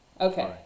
Okay